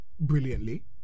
brilliantly